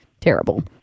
terrible